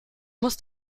muss